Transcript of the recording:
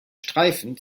streifen